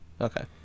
okay